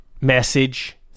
message